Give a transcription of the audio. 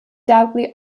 doubly